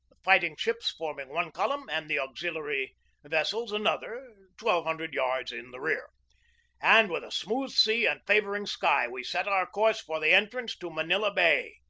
the fight ing ships forming one column, and the auxiliary ves sels another twelve hundred yards in the rear and with a smooth sea and favoring sky we set our course for the entrance to manila bay,